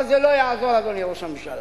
אבל זה לא יעזור, אדוני ראש הממשלה.